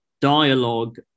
dialogue